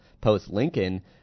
post-Lincoln